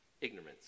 ignorance